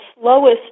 slowest